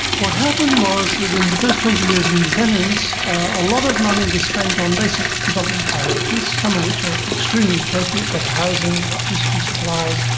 what happened was that in the first twenty years of independence a lot of money was spent on basic development priorities, some of which are extremely appropriate better housing, electricity supplies,